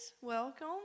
welcome